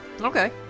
Okay